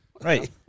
Right